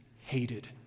hated